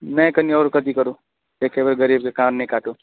नै कनि आओर कथी करू एके बेर गरीब के कान नहि काटू